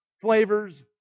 flavors